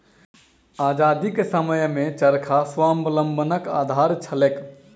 आजादीक समयमे चरखा स्वावलंबनक आधार छलैक